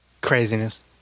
Craziness